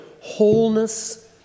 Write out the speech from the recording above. wholeness